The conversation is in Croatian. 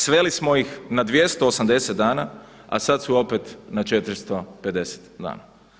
Sveli smo ih na 280 dana, a sad su opet na 450 dana.